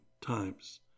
times